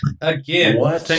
again